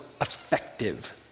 effective